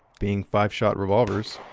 being five shot revolvers,